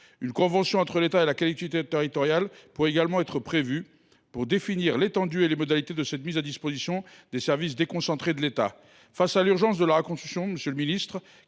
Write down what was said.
Une convention entre l’État et la collectivité territoriale pourrait définir l’étendue et les modalités de cette mise à disposition des services déconcentrés. Face à l’urgence de la reconstruction, monsieur le ministre,